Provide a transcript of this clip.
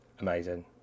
Amazing